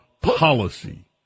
policy